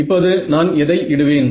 இப்போது நான் எதை இடுவேன்